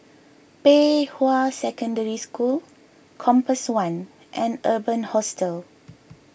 Pei Hwa Secondary School Compass one and Urban Hostel